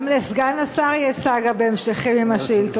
גם לסגן השר יש סאגה בהמשכים עם השאילתות האלה.